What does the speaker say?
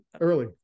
early